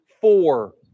four